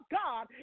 god